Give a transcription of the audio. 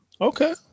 Okay